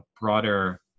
broader